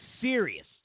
serious